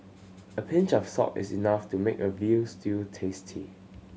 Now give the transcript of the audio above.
a pinch of salt is enough to make a veal stew tasty